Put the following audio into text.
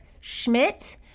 Schmidt